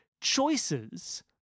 choices